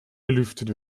belüftet